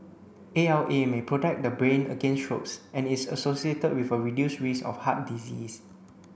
A L A may protect the brain against strokes and is associated with a reduced risk of heart disease